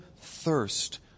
thirst